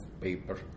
paper